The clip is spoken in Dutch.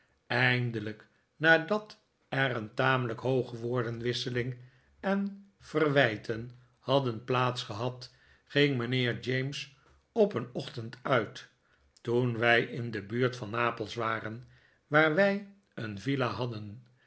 eindelijk nadat er een tamelijk hooge woordenwisseling en verwijten hadden plaats gehad ging mijnheer james op een ochtend uit toen wij in de buurt van napels waren waar wij een villa hadden